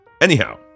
Anyhow